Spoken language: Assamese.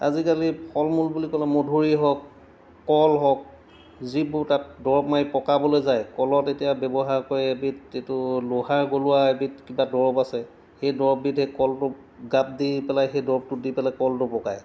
আজিকালি ফল মূল বুলি ক'লে মধুৰিয়ে হওক কল হওক যিবোৰ তাত দৰৱ মাৰি পকাবলৈ যায় কলত এতিয়া ব্যৱহাৰ কৰে এবিধ এইটো লোহাৰ গলোৱা এবিধ কিবা দৰৱ আছে সেই দৰৱবিধে কলটো গাপ দি পেলাই সেই দৰৱটো দি পেলাই কলটো পকায়